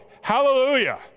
Hallelujah